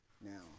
Now